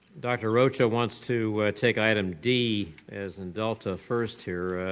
dr. rocha wants to take item d as in delta first here.